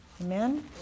Amen